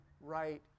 right